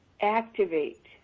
activate